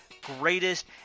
greatest